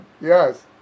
Yes